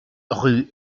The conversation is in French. rue